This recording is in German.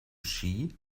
ski